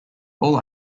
all